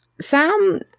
Sam